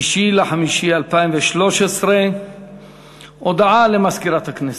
6 במאי 2013. הודעה למזכירת הכנסת.